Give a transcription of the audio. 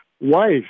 wife